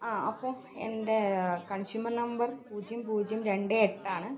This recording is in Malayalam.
ആ അപ്പം എൻ്റെ ആ കൺസ്യൂമർ നമ്പർ പൂജ്യം പൂജ്യം രണ്ട് എട്ട് ആണ്